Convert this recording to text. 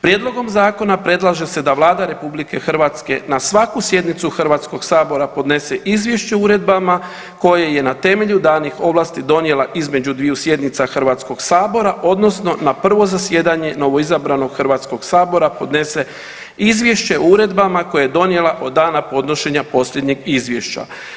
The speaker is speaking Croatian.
Prijedlogom zakona predlaže se da Vlada RH na svaku sjednicu HS-a podnese izvješće o uredbama koje je na temelju danih ovlasti donijela između dviju sjednica HS-a odnosno na prvo zasjedanje novoizabranog HS-a podnese izvješća o uredbama koje je donijela od dana podnošenja posljednjeg izvješća.